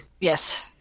Yes